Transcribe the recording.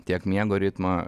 tiek miego ritmą